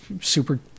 super